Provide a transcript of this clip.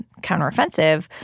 counteroffensive